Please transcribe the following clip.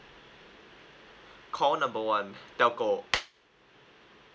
call number one telco